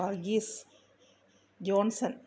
Varghese Johnson